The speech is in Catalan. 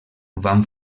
van